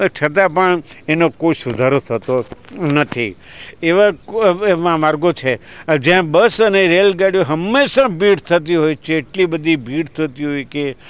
છતાં પણ એનો કોઈ સુધારો થતો નથી એવા માર્ગો છે જ્યાં બસ અને રેલગાડીઓમાં હંમેશા ભીડ થતી હોય છે એટલી બધી ભીડ થતી હોય કે